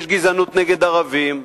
יש גזענות נגד ערבים.